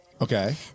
Okay